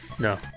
No